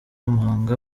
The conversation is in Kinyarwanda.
muhanga